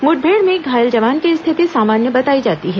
मुठभेड़ में घायल जवान की स्थिति सामान्य बताई जाती है